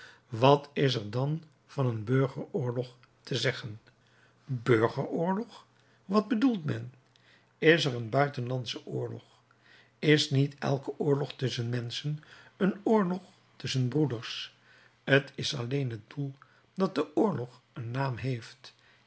wat is er dan van een burgeroorlog te zeggen burgeroorlog wat bedoelt men is er een buitenlandsche oorlog is niet elke oorlog tusschen menschen een oorlog tusschen broeders t is alleen het doel dat den oorlog een naam geeft